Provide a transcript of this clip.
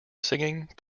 singing